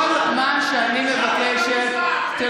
כל מה שאני מבקשת, זה בגלל שהוא מושחת.